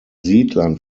siedlern